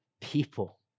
people